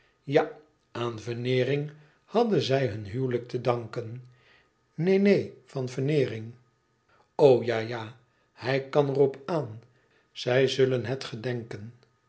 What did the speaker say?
ja aan veneering hadden zij hun huwelijk te danken neen neen van veneering o ja ja hij kan er op aan zij zullen het gedenken